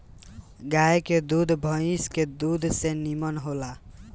गाय के दूध भइस के दूध से निमन होला